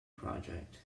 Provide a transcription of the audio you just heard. project